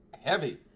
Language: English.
heavy